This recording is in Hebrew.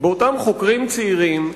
באותם חוקרים צעירים,